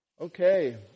Okay